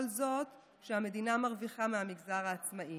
כל זאת, כשהמדינה מרוויחה מהמגזר העצמאי,